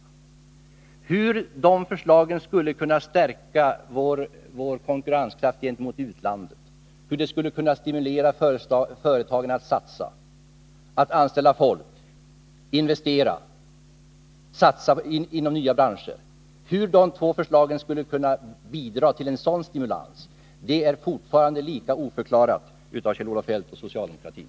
Men ingenting har sagts om hur de förslagen skulle kunna stärka vår konkurrenskraft gentemot utlandet, hur de skulle kunna stimulera företagen att investera, att satsa på nya branscher och att anställa folk. Hur de två förslagen skulle kunna bidra till en sådan stimulans har fortfarande inte förklarats av Kjell-Olof Feldt och socialdemokratin.